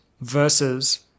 versus